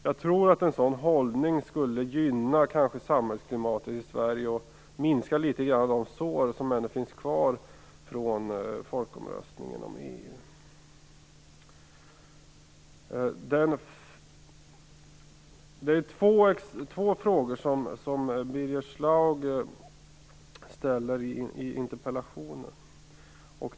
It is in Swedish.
Jag tror att en sådan hållning kanske skulle gynna samhällsklimatet i Sverige och läka några av de sår som finns kvar efter folkomröstningen om EU. Det är två frågor som Birger Schlaug ställer i interpellationen.